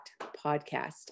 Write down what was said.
podcast